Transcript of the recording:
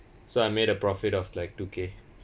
so I made a profit of like two K